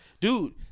dude